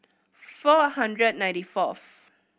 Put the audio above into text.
four hundred ninety fourth